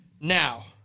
Now